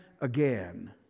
again